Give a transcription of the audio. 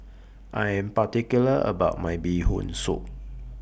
I Am particular about My Bee Hoon Soup